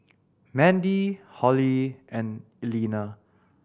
Mandie Hollie and Elena